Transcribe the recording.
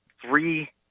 three